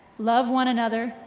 love one another.